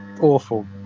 awful